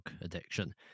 addiction